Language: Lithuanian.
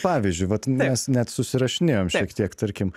pavyzdžiui vat mes net susirašinėjom šiek tiek tarkim